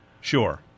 Sure